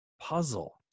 puzzle